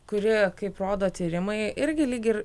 kuri kaip rodo tyrimai irgi lyg ir